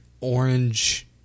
orange